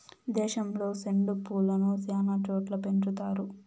దేశంలో సెండు పూలను శ్యానా చోట్ల పెంచుతారు